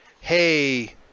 hey